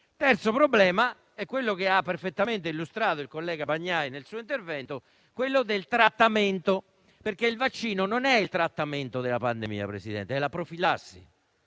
terzo problema è quello che ha perfettamente illustrato il collega Bagnai nel suo intervento, ossia quello del trattamento. Il vaccino, infatti, non è il trattamento della pandemia ma la profilassi